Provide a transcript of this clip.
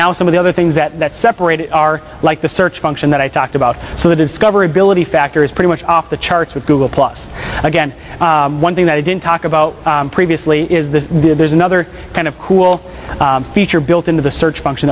now some of the other things that separated are you the search function that i talked about so the discoverability factor is pretty much off the charts with google plus again one thing that i didn't talk about previously is that there's another kind of cool feature built into the search function